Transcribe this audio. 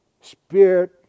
spirit